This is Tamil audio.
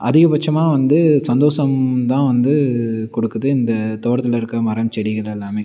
அதிகபட்சமாக வந்து சந்தோஷம் தான் வந்து கொடுக்குது இந்த தோட்டத்தில் இருக்கற மரம் செடிகள் எல்லாம்